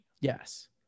Yes